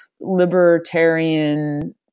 libertarian